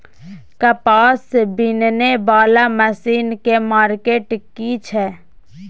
कपास बीनने वाला मसीन के मार्केट कीमत की छै?